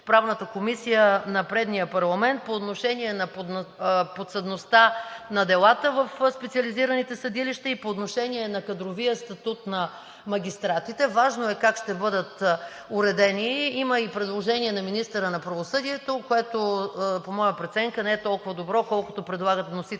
Правната комисия на предния парламент, по отношение на подсъдността на делата в специализираните съдилища, и по отношение на кадровия статут на магистратите е важно как ще бъдат уредени. Има и предложение на министъра на правосъдието, което, по моя преценка, не е толкова добро, колкото предлагат вносителите